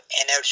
energy